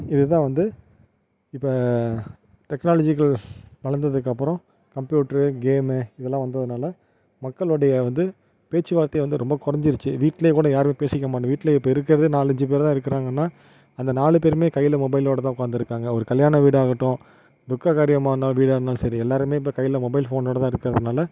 இது தான் வந்து இப்போ டெக்னாலஜிகள் வளர்ந்ததுக்கப்பறோம் கம்ப்யூட்ரு கேம்மு இதெல்லாம் வந்ததுனால மக்களுடைய வந்து பேச்சு வார்த்தையே வந்து ரொம்ப குறஞ்சிருச்சி வீட்டிலேயே கூட யாரும் பேசிக்க மாட்ட வீட்டிலேயே இப்போ இருக்கிறதே நாலஞ்சு பேர் தான் இருக்கிறாங்கன்னா அந்த நாலு பேருமே கையில் மொபைலோடு தான் உக்காந்துருக்காங்க ஒரு கல்யாண வீடாகட்டும் துக்க காரியமாக இருந்தாலும் வீடாக இருந்தாலும் சரி எல்லாருமே இப்போ கையில் மொபைல் ஃபோனோடு தான் இருக்கிறதுனால